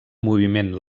moviment